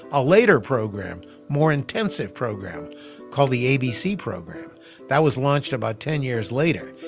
a later program, more intensive program called the abc program that was launched about ten years later.